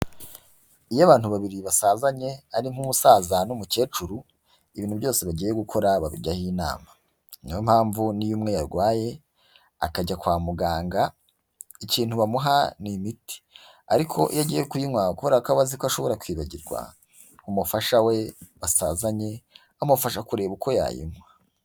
Iyo abantu babiri basazanye ari nk'umusaza n'umukecuru, ibintu byose bagiye gukora babijyaho inama. Ni yo mpamvu n'iyo umwe yarwaye akajya kwa muganga, ikintu bamuha ni imiti. Ariko iyo agiye kuyinywa kubera ko aba azi ko ashobora kwibagirwa, umufasha we basazanye amufasha kureba uko yayinywa.